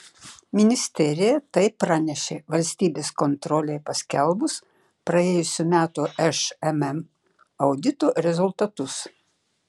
ministerija tai pranešė valstybės kontrolei paskelbus praėjusių metų šmm audito rezultatus